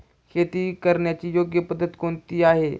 शेती करण्याची योग्य पद्धत कोणती आहे?